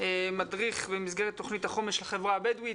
מדריך במסגרת תוכנית החומש של החברה הבדואית.